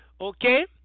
okay